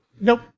Nope